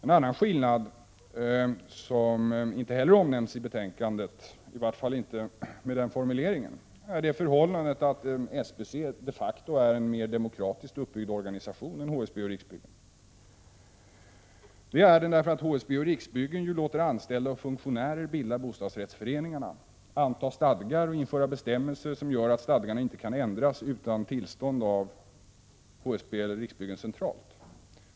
En annan skillnad som inte heller omnämns i betänkandet, i vart fall inte med den formuleringen, är det förhållandet att SBC de facto är en mer demokratiskt uppbyggd organisation än HSB och Riksbyggen. HSB och Riksbyggen låter anställda och funktionärer bilda bostadsrättsföreningarna, anta stadgar och införa bestämmelser som gör att stadgarna inte kan ändras utan tillstånd från HSB eller Riksbyggen centralt.